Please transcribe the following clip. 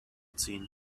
ziehen